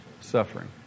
Suffering